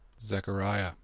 Zechariah